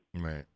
Right